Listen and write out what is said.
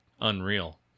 unreal